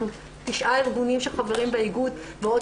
אנחנו תשעה ארגונים שחברים באיגוד ועוד